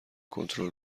کنترل